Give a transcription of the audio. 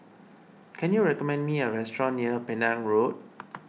can you recommend me a restaurant near Penang Road